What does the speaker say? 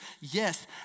yes